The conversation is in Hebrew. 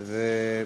אמן.